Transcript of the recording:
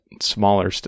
smaller